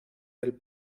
del